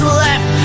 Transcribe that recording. left